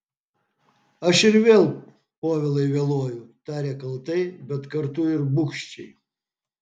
aš ir vėl povilai vėluoju tarė kaltai bet kartu ir bugščiai